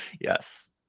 yes